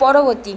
পরবর্তী